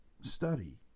study